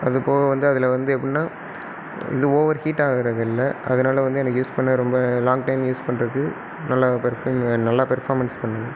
அது போக வந்து அதில் வந்து எப்புன்னா இது ஓவர் ஹீட் ஆகுறதில்லை அதனால் வந்து எனக்கு யூஸ் பண்ண ரொம்ப லாங் டைம் யூஸ் பண்ணுறதுக்கு நல்ல நல்ல பெர்ஃபார்மன்ஸ் பண்ணுது